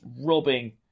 rubbing